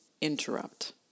interrupt